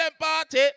party